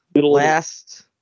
last